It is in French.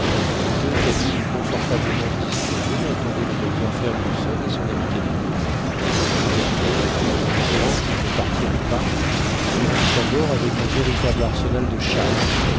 deux cabines confortablement disposées attendaient le docteur fergusson et son ami kennedy ce dernier tout en jurant qu'il ne partirait pas se rendit à bord avec un véritable arsenal de chasse